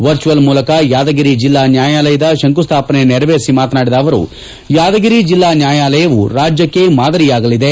virtual ಮೂಲಕ ಯಾದಗಿರಿ ಜಿಲ್ಲಾ ನ್ಯಾಯಾಲಯದ ಶಂಕುಸ್ಮಾಪನೆ ನೆರವೇರಿಸಿ ಮಾತನಾಡಿದ ಅವರು ಯಾದಗಿರಿ ಜಿಲ್ಲಾ ನ್ಡಾಯಾಲಯವು ರಾಜ್ಯಕ್ಕೆ ಮಾದರಿಯಾಗಲಿದೆ